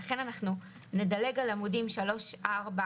לכן אנחנו נדלג על עמודים 3 5,